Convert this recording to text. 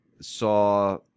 saw